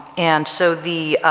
and so the